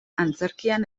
antzerkian